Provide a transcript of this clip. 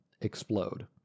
explode